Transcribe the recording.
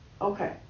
okay